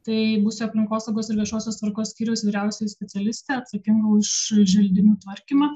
tai būsiu aplinkosaugos ir viešosios tvarkos skyriaus vyriausioji specialistė atsakinga už želdinių tvarkymą